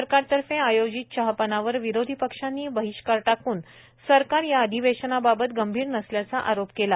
सरकारतर्फे आयोजित चहापानावर विरोधी पक्षांनी बहिष्कार ठाकून सरकार या अधिवेशनाबाबत गंभीर नसल्याचा आरोप केला